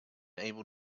able